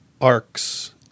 arcs